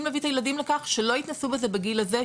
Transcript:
להביא את הילדים לכך שלא יתנסו בזה בגיל הזה,